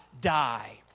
die